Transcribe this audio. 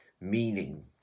meaning